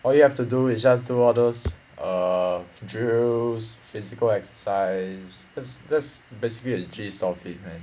all you have to do is just do all those err drills physical exercise just just basically the gist of it man